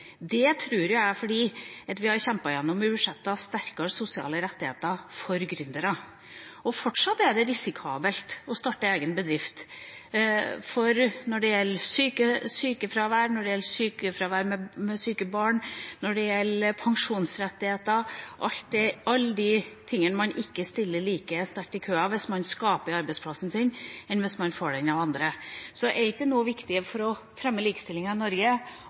Det tror jeg er fordi vi har kjempet igjennom i budsjettene sterkere sosiale rettigheter for gründere. Fortsatt er det risikabelt å starte egen bedrift, både når det gjelder sykefravær, når det gjelder sykefravær på grunn av syke barn, og når det gjelder pensjonsrettigheter – alle de tingene der man ikke stiller like sterkt i køen hvis man skaper arbeidsplassen sin sjøl, som hvis man får den av andre. Så: Er det ikke viktig for å fremme likestillingen i Norge